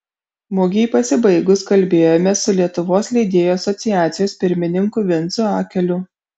mugei pasibaigus kalbėjomės su lietuvos leidėjų asociacijos pirmininku vincu akeliu